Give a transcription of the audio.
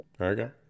okay